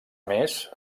més